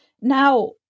Now